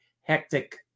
hectic